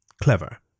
Clever